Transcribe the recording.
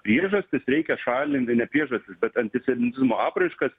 priežastis reikia šalinti ne priežastis bet antisemitizmo apraiškas